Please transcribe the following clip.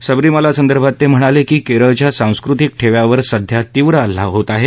सबरीमला संदर्भात ते म्हणाले की केरळच्या सांस्कृतिक ठेव्यावर सध्या तीव्र हल्ला होत आहे